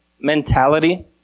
mentality